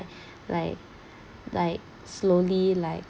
like like slowly like